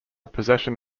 possession